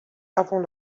avant